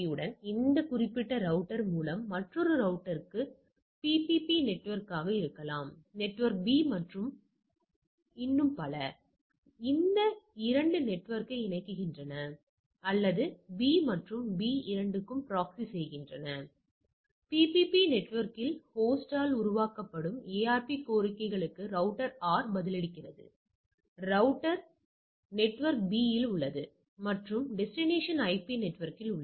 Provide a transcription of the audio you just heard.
எனவே குறிப்பிட்ட மதிப்பெண்களுடன் 10 மாணவர்கள் ஒரு குறிப்பிட்ட குழுவுடன் 27 மாணவர்கள் வேறு சில மதிப்பெண்களுடன் 30 மாணவர்கள் வேறு சில குழுவில் 19 மாணவர்கள் வேறு சில மதிப்பெண்களுடன் 8 மாணவர்கள் 6 மாணவர்களுடன் என நாம் சொல்ல முடியும் ஆனால் இதை நாம் இதனை எதிர்பார்க்கிறோம்